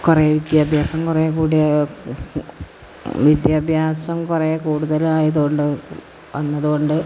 കുറേ വിദ്യാഭ്യാസം കുറേ കൂടിയ വിദ്യാഭ്യാസം കുറേ കൂടുതലായതു കൊണ്ടു വന്നതു കൊണ്ട്